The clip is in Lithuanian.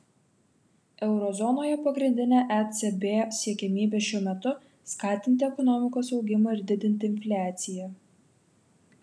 euro zonoje pagrindinė ecb siekiamybė šiuo metu skatinti ekonomikos augimą ir didinti infliaciją